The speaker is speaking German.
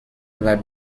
war